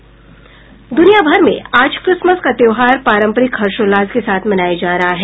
द्रनियाभर में आज क्रिसमस का त्योहार पारंपरिक हर्षोल्लास के साथ मनाया जा रहा है